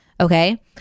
Okay